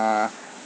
uh